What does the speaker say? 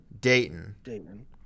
Dayton